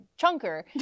chunker